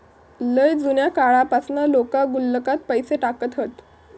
लय जुन्या काळापासना लोका गुल्लकात पैसे टाकत हत